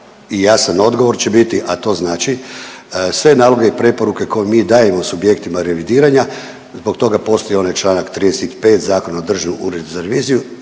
i jasan odgovor će biti, a to znači sve naloge i preporuke koje mi dajemo subjektima revidiranja zbog toga postoji onaj članak 35. Zakona o Državnom uredu za reviziju